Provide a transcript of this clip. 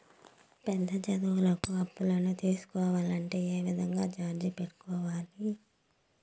పెద్ద చదువులకు అప్పులను తీసుకోవాలంటే ఏ విధంగా అర్జీ పెట్టుకోవాలి?